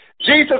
Jesus